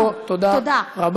חברת הכנסת ברקו, תודה רבה.